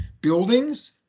Buildings